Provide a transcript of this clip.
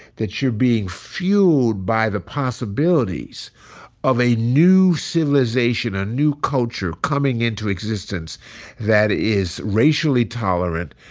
that you're being fueled by the possibilities of a new civilization, a new culture coming into existence that is racially tolerant,